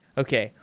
okay.